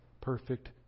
Perfect